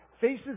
faces